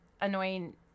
annoying